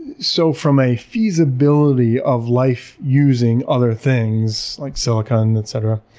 so from a feasibility of life using other things like silicon, et cetera,